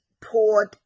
poured